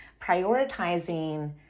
prioritizing